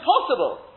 impossible